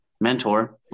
mentor